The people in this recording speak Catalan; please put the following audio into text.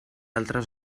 altres